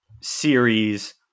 series